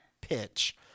pitch